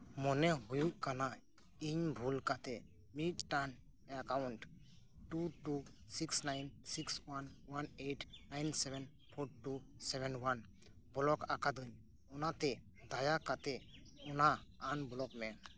ᱢᱚᱱᱮ ᱦᱩᱭᱩᱜ ᱠᱟᱱᱟ ᱤᱧ ᱵᱷᱩᱞ ᱠᱟᱛᱮᱜ ᱢᱤᱫᱴᱟᱱ account two two six nine six one one eight nine seven forty seven one block ᱟᱠᱟᱫᱟᱹᱧ ᱚᱱᱟᱛᱮ ᱫᱟᱭᱟ ᱠᱟᱛᱮᱜ ᱚᱱᱟ ᱟᱱ ᱵᱞᱚᱠᱢᱮ